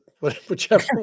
whichever